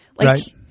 Right